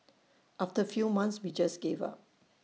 after few months we just gave up